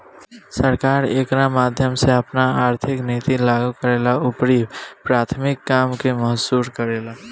सरकार एकरा माध्यम से आपन आर्थिक निति लागू करेला अउरी प्राथमिक काम के महसूस करेला